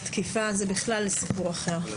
תקיפה זה סיפור אחר בכלל.